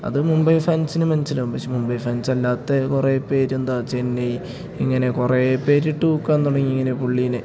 അത് മുംബൈ ഫാൻസിന് മനസ്സിലാകും പക്ഷേ മുംബൈ ഫാൻസ് അല്ലാത്ത കുറേ പേരെന്താ ചെന്നൈ ഇങ്ങനെ കുറേ പേരിട്ട് ഊക്കാൻ തുടങ്ങി ഇങ്ങനെ പുള്ളീനെ